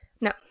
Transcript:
No